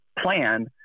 plan